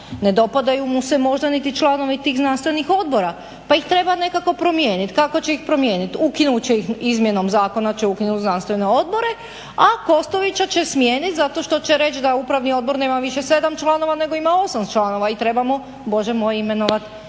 Ne dopadaju mu se možda niti članovi tih znanstvenih odbora, pa ih treba nekako promijeniti. Kako će ih promijeniti? Ukinut će ih, izmjenom zakona će ukinuti znanstvene odbore, a Kostovića će smijeniti zato što će reći da Upravni odbor nema više sedam članova, nego ima 8 članova i treba mu bože moj imenovati